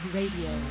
Radio